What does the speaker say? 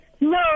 No